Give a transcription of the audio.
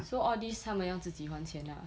so all these 他们用自己还钱了